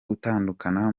gutandukana